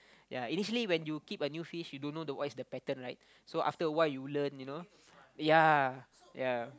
ya initially when you keep a new fish you don't know what's the pattern like so after a while you learn you know ya ya